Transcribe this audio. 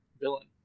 villain